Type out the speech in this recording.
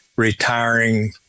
Retiring